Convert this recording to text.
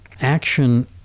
action